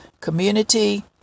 community